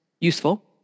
useful